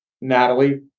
Natalie